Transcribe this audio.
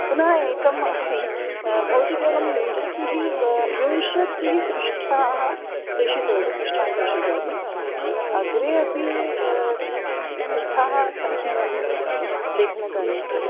पुनः एकम् अस्ति भवती केवलं विंशतिः विंशतिः पृष्ठान् प्रेषितवती पृष्ठान् प्रेषितवती अग्रे अपि सिद्धाः सन्ति वा लेखनकार्यम्